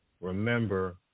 remember